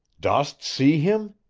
dost see him?